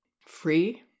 free